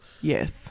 Yes